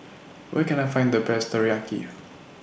Where Can I Find The Best Teriyaki